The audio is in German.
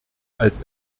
als